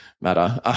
matter